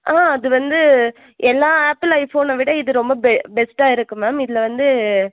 ஆ அது வந்து எல்லா ஆப்பிள் ஐபோன் விட இது ரொம்ப பெ பெஸ்ட்டாக இருக்குது மேம் இதில் வந்து